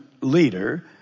leader